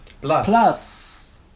Plus